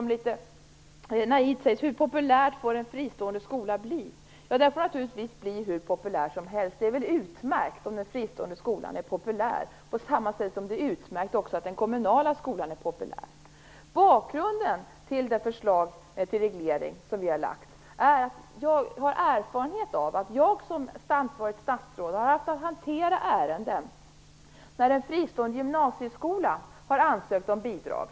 Man undrar litet naivt hur populär en fristående skola får bli. Den får naturligtvis bli hur populär som helst. Det är väl utmärkt om den fristående skolan är populär, på samma sätt som det också är utmärkt om den kommunala skolan är populär. Bakgrunden till det förslag till reglering som regeringen har lagt fram är att jag som ansvarigt statsråd har erfarenhet av att hantera ärenden där en fristående gymnasieskola har ansökt om bidrag.